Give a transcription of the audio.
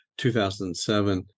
2007